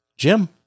Jim